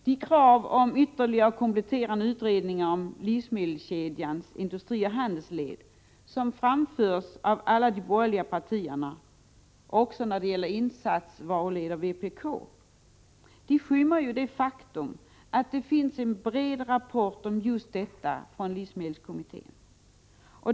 De krav på ytterligare kompletterande utredningar om livsmedelskedjans industrioch handelsled som framförs av alla de borgerliga partierna, liksom när det gäller insatsvaruledet av vpk, skymmer ju det faktum att det finns en bred rapport om just detta från livsmedelskommittén.